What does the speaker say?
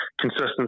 consistency